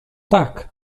tak